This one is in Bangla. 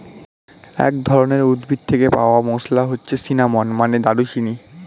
এক ধরনের উদ্ভিদ থেকে পাওয়া মসলা হচ্ছে সিনামন, মানে দারুচিনি